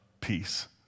peace